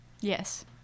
Yes